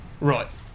Right